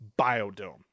biodome